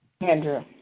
Andrew